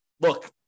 look